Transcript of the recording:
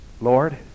Lord